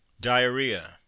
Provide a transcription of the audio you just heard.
Diarrhea